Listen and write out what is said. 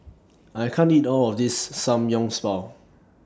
I can't eat All of This Samgyeopsal